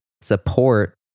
support